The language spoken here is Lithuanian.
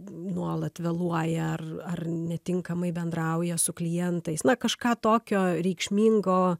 nuolat vėluoja ar ar netinkamai bendrauja su klientais na kažką tokio reikšmingo